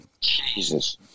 jesus